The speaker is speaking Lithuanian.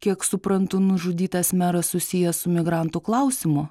kiek suprantu nužudytas meras susijęs su migrantų klausimu